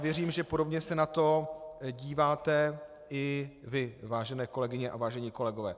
Věřím, že podobně se na to díváte i vy, vážené kolegyně a vážení kolegové.